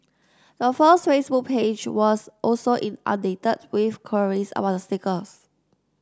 the firm's Facebook page was also inundated with queries about the stickers